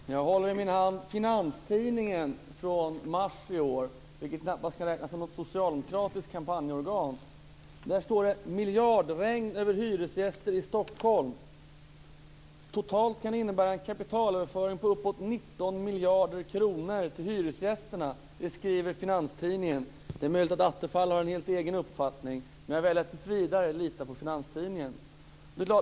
Fru talman! Jag håller i min hand Finanstidningen från mars i år, vilken knappast kan räknas som något socialdemokratiskt kampanjorgan. Där står det om miljardregn över hyresgäster i Stockholm som totalt kan innebära en kapitalöverföring på uppåt 19 miljarder kronor till hyresgästerna. Det skriver Finanstidningen. Det är möjligt att Attefall har en helt egen uppfattning, men jag väljer att tills vidare lita på Finanstidningen.